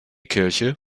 kirche